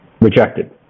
rejected